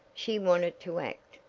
she wanted to act,